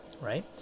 right